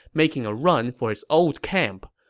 making a run for his old camp.